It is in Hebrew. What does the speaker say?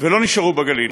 לא נשארו בגליל.